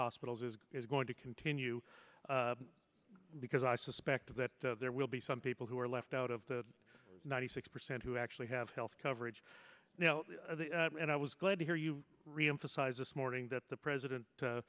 hospitals is going to continue because i suspect that there will be some people who are left out of the ninety six percent who actually have health coverage now and i was glad to hear you reemphasize this morning that the resident